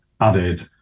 added